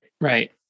Right